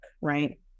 right